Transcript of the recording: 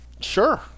Sure